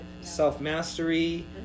Self-mastery